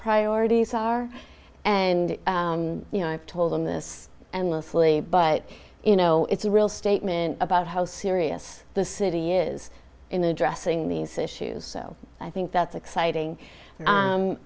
priorities are and you know i've told them this and leslie but you know it's a real statement about how serious the city is in addressing these issues so i think that's exciting